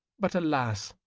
but alas!